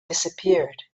disappeared